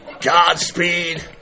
Godspeed